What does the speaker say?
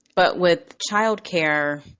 but with child care,